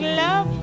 love